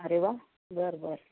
अरे वा बरं बरं